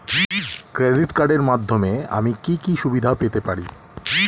Credit কার্ডের মাধ্যমে আমি কি কি সুবিধা পেতে পারি?